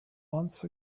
once